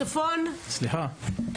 הפנים): תודה רבה.